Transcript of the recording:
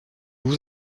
vous